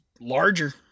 larger